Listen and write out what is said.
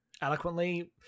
eloquently